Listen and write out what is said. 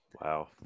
Wow